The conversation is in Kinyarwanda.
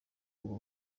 ubwo